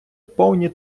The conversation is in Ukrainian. повні